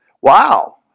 Wow